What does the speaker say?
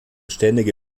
ständige